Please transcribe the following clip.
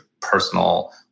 personal